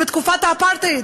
בתקופת האפרטהייד,